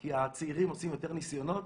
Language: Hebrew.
כי הצעירים עושים יותר ניסיונות.